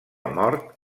mort